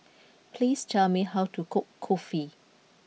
please tell me how to cook kulfi